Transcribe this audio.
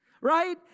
right